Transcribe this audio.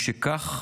משכך,